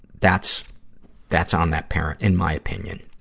that's that's on that parent, in my opinion.